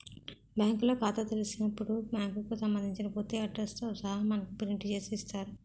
బ్యాంకులో ఖాతా తెలిసినప్పుడు బ్యాంకుకు సంబంధించిన పూర్తి అడ్రస్ తో సహా మనకు ప్రింట్ చేసి ఇస్తారు